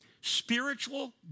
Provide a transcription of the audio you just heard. spiritual